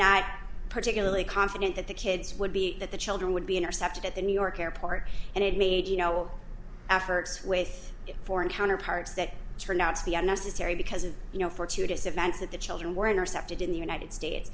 not particularly confident that the kids would be that the children would be intercepted at the new york airport and it made you know efforts with foreign counterparts that turned out to be unnecessary because as you know for today's events that the children were intercepted in the united states